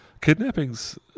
Kidnappings